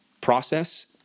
process